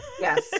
Yes